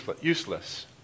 useless